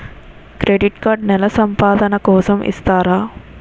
Credit card నెల సంపాదన కోసం ఇస్తారా?